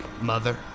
Mother